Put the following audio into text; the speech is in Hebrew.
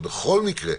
אבל בכל מקרה,